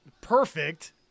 perfect